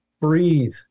breathe